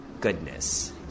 goodness